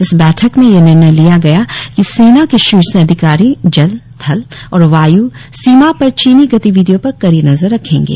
इस बैठक में यह निर्णय लिया गया कि सेना के शीर्ष अधिकारी जल थल और वाय् सीमा पर चीनी गतिविधियों पर कड़ी नजर रखेंगे